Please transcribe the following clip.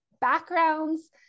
backgrounds